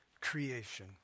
creation